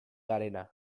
garena